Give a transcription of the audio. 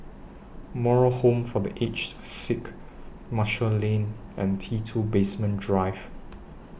Moral Home For The Aged Sick Marshall Lane and T two Basement Drive